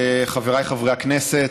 חבריי חברי הכנסת,